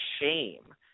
shame